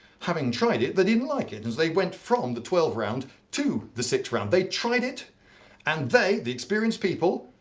having tried it, they didn't like it. and they went from the twelve round to the six round. they tried it and they, the experienced people,